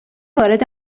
وارد